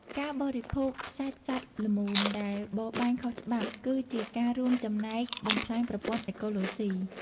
ការបរិភោគសាច់សត្វល្មូនដែលបរបាញ់ខុសច្បាប់ គឺជាការរួមចំណែកបំផ្លាញប្រព័ន្ធអេកូឡូស៊ី។